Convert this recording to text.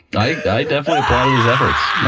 like i definitely applauded his efforts.